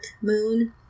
Moon